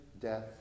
death